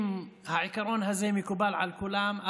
אם העיקרון הזה מקובל על כולם,